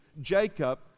Jacob